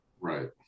right